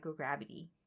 microgravity